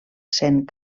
sent